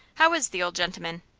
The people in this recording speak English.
how is the old gentleman?